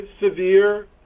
severe